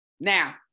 Now